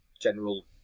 general